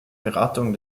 beratung